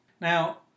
Now